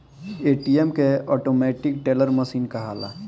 ATM के automatic teller machine कहाला